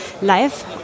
live